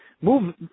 Move